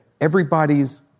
everybody's